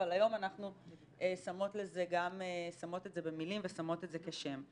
אבל היום אנחנו שמות את זה במילים ושמות את זה כשם.